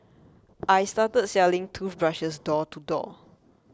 I started selling toothbrushes door to door